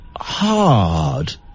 hard